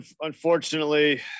unfortunately